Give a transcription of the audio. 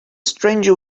stranger